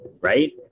right